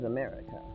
America